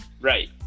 Right